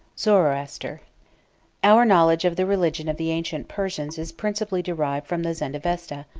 zoroaster our knowledge of the religion of the ancient persians is principally derived from the zendavesta,